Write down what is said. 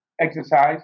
exercise